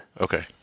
Okay